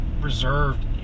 reserved